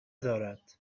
دارد